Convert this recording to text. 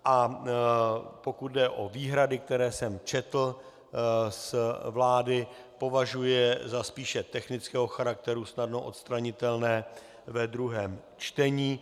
A pokud jde o výhrady, které jsem četl z vlády, považuji je za spíše technického charakteru, snadno odstranitelné ve druhém čtení.